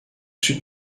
sud